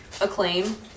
acclaim